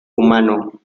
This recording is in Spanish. humano